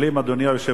אדוני היושב-ראש,